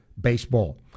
baseball